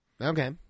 Okay